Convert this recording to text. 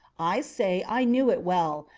i say i knew it well.